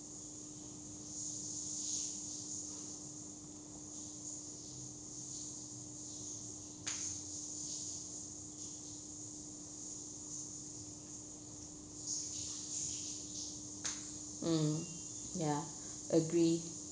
mm ya agree